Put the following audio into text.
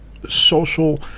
Social